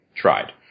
tried